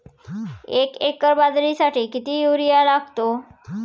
एक एकर बाजरीसाठी किती युरिया लागतो?